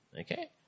Okay